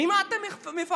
ממה אתם מפחדים?